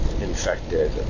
infected